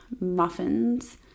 muffins